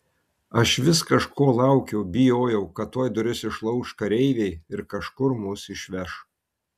aš vis kažko laukiau bijojau kad tuoj duris išlauš kareiviai ir kažkur mus išveš